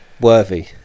Worthy